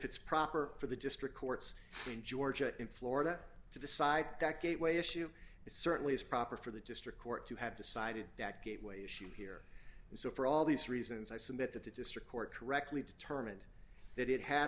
it's proper for the district courts in georgia in florida to decide that gateway issue it certainly is proper for the district court to have decided that gateway issue here and so for all these reasons i submit that the district court correctly determined tha